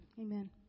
Amen